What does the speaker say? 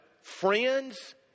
friends